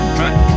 right